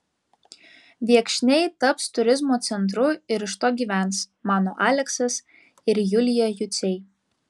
viekšniai taps turizmo centru ir iš to gyvens mano aleksas ir julija juciai